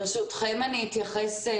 ברשותכם, אני אתייחס.